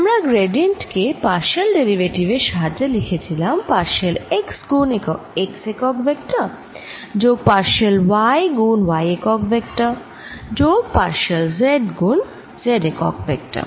আমরা গ্র্যাডিয়েন্ট কে partial derivative এর সাহায্যে লিখেছিলাম পার্শিয়াল x গুণ x একক ভেক্টর যোগ পার্শিয়াল y গুণ y একক ভেক্টর যোগ পার্শিয়াল z গুণ z একক ভেক্টর